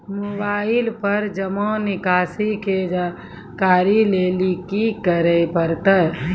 Mobile पर जमा निकासी के जानकरी लेली की करे परतै?